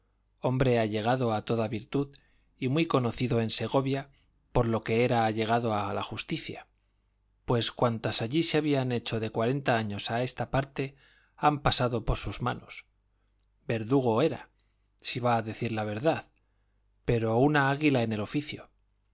hombre allegado a toda virtud y muy conocido en segovia por lo que era allegado a la justicia pues cuantas allí se habían hecho de cuarenta años a esta parte han pasado por sus manos verdugo era si va a decir la verdad pero una águila en el oficio